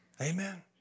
Amen